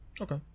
Okay